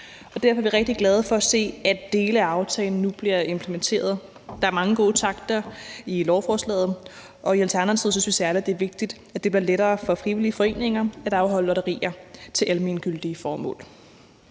Derfor er vi rigtig glade for at se, at dele af aftalen nu bliver implementeret. Der er mange gode takter i lovforslaget, og i Alternativet synes vi særlig, det er vigtigt, at det bliver lettere for frivillige foreninger at afholde lotterier til almengyldige formål.